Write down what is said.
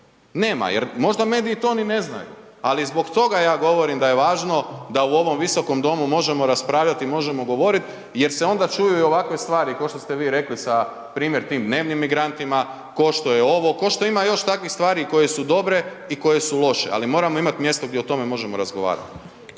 Nema, jer možda mediji to ni ne znaju, ali zbog toga ja govorim da je važno da u ovom visokom domu možemo raspravljat, možemo govorit jer se onda čuju i ovakve stvari košto ste vi rekli sa primjer tim dnevnim migrantima, košto je ovo, košto ima još takvih stvari koje su dobre i koje su loše, ali moramo imat mjesto gdje o tome možemo razgovarat.